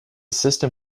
system